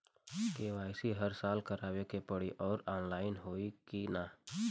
KYC हर साल करवावे के पड़ी और ऑनलाइन होई की ना?